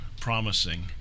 promising